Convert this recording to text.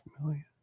million